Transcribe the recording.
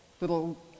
little